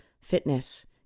fitness